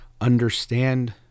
understand